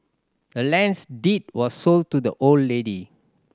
the land's deed was sold to the old lady